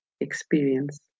Experience